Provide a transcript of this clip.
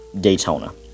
Daytona